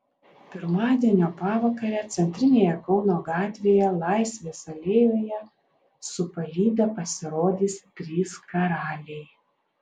pirmadienio pavakarę centrinėje kauno gatvėje laisvės alėjoje su palyda pasirodys trys karaliai